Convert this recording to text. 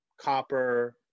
copper